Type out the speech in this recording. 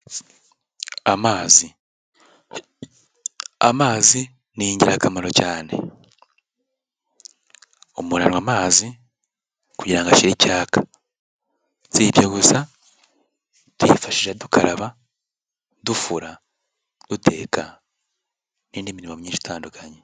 Amazi, amazi ni ingirakamaro cyane. Umuntu anywa amazi kugira ngo ashire icyaka, sibyo gusa tuyifashije dukaraba, dufura, duteka n'indi mirimo myinshi itandukanye.